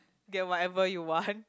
get whatever you want